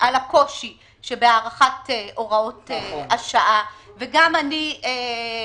על הקושי שבהארכת הוראות השנה וביחד